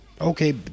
Okay